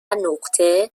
نقطه